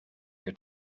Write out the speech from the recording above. your